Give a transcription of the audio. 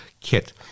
kit